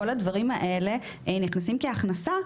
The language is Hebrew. כל הדברים האלה נכנסים כהכנסה,